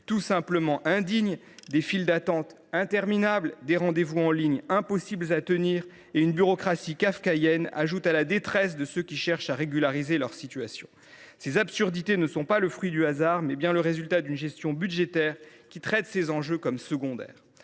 tout simplement indigne : des files d’attente interminables, des rendez vous en ligne impossibles à obtenir, et une bureaucratie kafkaïenne ajoutent à la détresse de ceux qui cherchent à régulariser leur situation. Ces absurdités ne sont pas le fruit du hasard, mais bien le résultat d’une gestion budgétaire qui traite ces enjeux comme secondaires.